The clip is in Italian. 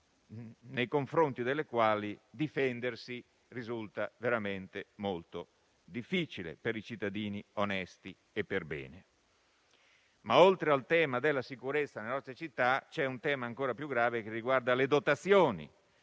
nei confronti delle quali difendersi risulta veramente molto difficile per i cittadini onesti e perbene. Oltre al tema della sicurezza nelle nostre città, ce n'è uno ancora più grave che riguarda le dotazioni